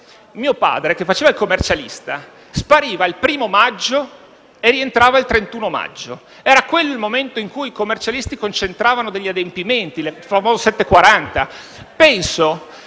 mio padre, che faceva il commercialista, spariva il 1° maggio e rientrava il 31 maggio: era quello il momento in cui i commercialisti concentravano degli adempimenti, come il famoso 740. Penso